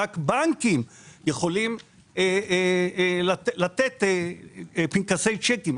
רק בנקים יכולים לתת פנקסי צ'קים.